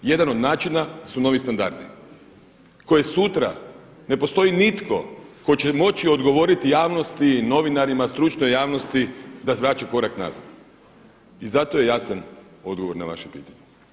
Jedan od načina su novi standardi koje sutra ne postoji nitko tko će moći odgovoriti javnosti, novinarima, stručnoj javnosti da se vraća korak nazad i zato je jasan odgovor na vaše pitanje.